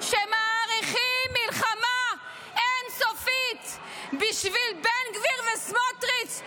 שמאריכים מלחמה אין-סופית בשביל בן גביר וסמוטריץ',